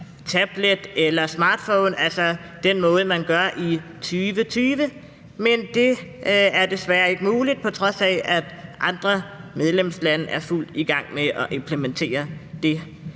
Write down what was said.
tablet eller smartphone, altså den måde, som vi gør det på i 2020. Men det er desværre ikke muligt, på trods af at andre medlemslande er i fuld gang med at implementere det.